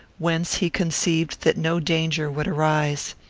whence he conceived that no danger would arise.